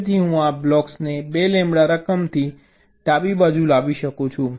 તેથી હું આ બ્લોકને 2 લેમ્બડા રકમથી ડાબી બાજુ લાવી શકું છું